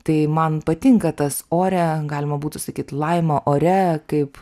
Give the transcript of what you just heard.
tai man patinka tas ore galima būtų sakyt laima ore kaip